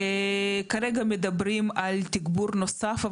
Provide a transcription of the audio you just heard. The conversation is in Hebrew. כרגע מדברים על תגבור נוסף,